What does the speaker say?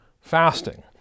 fasting